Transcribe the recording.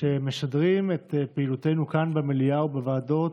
שמשדרים את פעילותנו כאן במליאה ובוועדות